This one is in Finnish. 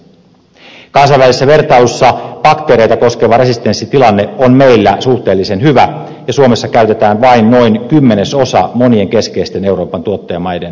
kansainvälisessä vertailussa bakteereita koskeva resistenssitilanne on meillä suhteellisen hyvä ja suomessa käytetään vain noin kymmenesosa monien keskeisten euroopan tuottajamaiden antibioottimääristä